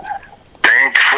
Thanks